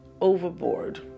overboard